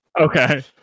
Okay